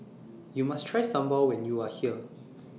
YOU must Try Sambal when YOU Are here